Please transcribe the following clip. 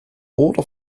oder